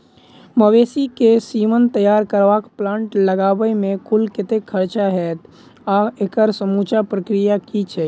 मवेसी केँ सीमन तैयार करबाक प्लांट लगाबै मे कुल कतेक खर्चा हएत आ एकड़ समूचा प्रक्रिया की छैक?